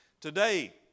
today